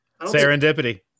Serendipity